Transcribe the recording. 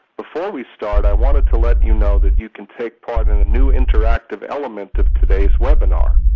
before we start, i wanted to let you know that you can take part in a new interactive element of today's webinar.